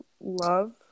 love